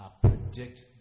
predict